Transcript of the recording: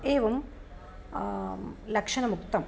एवं लक्षणमुक्तं